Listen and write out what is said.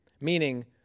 meaning